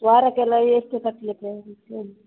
ವಾರಕ್ಕೆಲ್ಲ ಎಷ್ಟು ಕಟ್ಟಲಿಕ್ಕೆ ಎಂಥ ಏನು